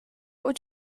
would